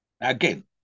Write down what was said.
Again